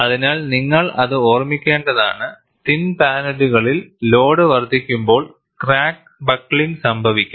അതിനാൽ നിങ്ങൾ അത് ഓർമ്മിക്കേണ്ടതാണ് തിൻ പാനലുകളിൽ ലോഡ് വർദ്ധിക്കുമ്പോൾ ക്രാക്ക് ബക്ക്ലിംഗ് സംഭവിക്കാം